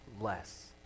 less